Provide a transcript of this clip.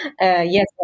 Yes